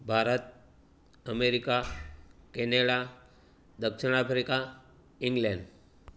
Bharat America Canada દક્ષિણ Africa England